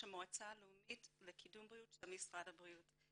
המועצה העולמית לקידום הבריאות של משרד הבריאות.